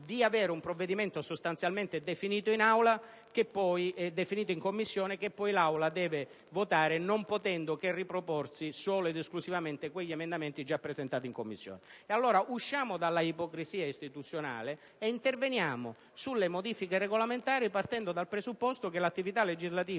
di avere un provvedimento sostanzialmente definito in Commissione, che poi l'Assemblea deve votare non potendo che riproporsi solo ed esclusivamente gli emendamenti già presentati in Commissione. Usciamo allora dall'ipocrisia istituzionale e interveniamo sulle modifiche regolamentari partendo dal presupposto che l'attività legislativa